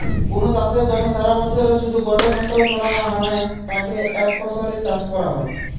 কুনু চাষের জমিরে সারাবছরে শুধু গটে ফসল ফলানা হ্যানে তাকে একফসলি চাষ কয়া হয়